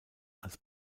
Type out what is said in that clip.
als